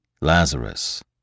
Lazarus